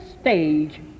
stage